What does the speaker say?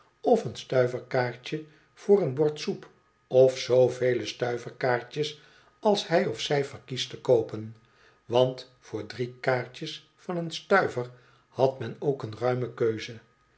of een stuiverskaartje voor een bord soep of zoo vele stuiverskaartjes als hij of zij verkiest te koopen want voor drie kaartjes van een stuiver had men ook een ruime keuze